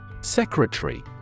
Secretary